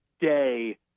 day